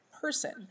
person